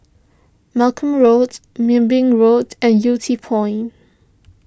Malcolm Road Wilby Road and Yew Tee Point